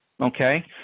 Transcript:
okay